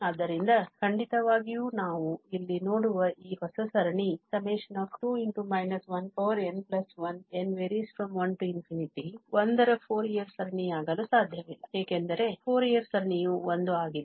ಆದ್ದರಿಂದ ಖಂಡಿತವಾಗಿಯೂ ನಾವು ಇಲ್ಲಿ ನೋಡುವ ಈ ಹೊಸ ಸರಣಿ n1 2n1 1 ರ ಫೋರಿಯರ್ ಸರಣಿಯಾಗಲು ಸಾಧ್ಯವಿಲ್ಲ ಏಕೆಂದರೆ ಫೋರಿಯರ್ ಸರಣಿಯು 1 ಆಗಿದೆ